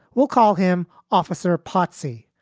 we'll call him officer pottsy,